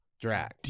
drag